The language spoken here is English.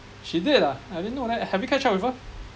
she did ah I didn't know that have you catch up with her